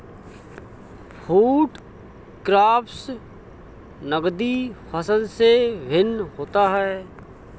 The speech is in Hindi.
फूड क्रॉप्स नगदी फसल से भिन्न होता है